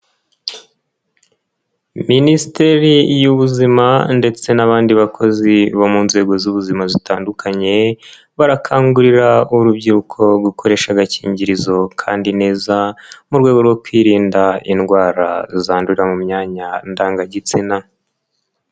Minisiteri y'Ubuzima ndetse n'abandi bakozi bo mu nzego z'ubuzima zitandukanye barakangurira urubyiruko gukoresha agakingirizo kandi neza mu rwego rwo kwirinda indwara zandurira mu myanya ndangagitsina.